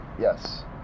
Yes